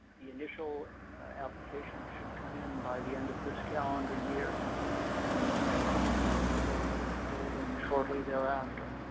the initial application should come in by the end of this calendar year and continuing eligibility will fold in shortly thereafter.